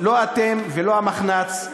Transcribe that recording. לא אתם ולא המחנ"צ.